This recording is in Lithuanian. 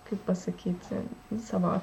kaip pasakyti savo